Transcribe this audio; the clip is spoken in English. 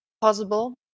possible